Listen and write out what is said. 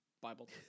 Bible